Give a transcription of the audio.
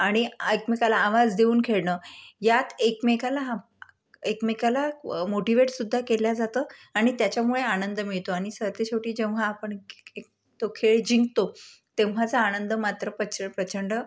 आणि एकमेकाला आवाज देऊन खेळणं यात एकमेकाला एकमेकाला व मोटीवेटसुद्धा केलं जातं आणि त्याच्यामुळे आनंद मिळतो आणि सरते शेवटी जेव्हा आपण एक तो खेळ जिंकतो तेव्हाचा आनंद मात्र प्रच प्रचंड